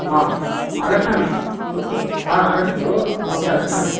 आ आगच्छामि अस्तु आगच्छतु अहमपि आगच्छामि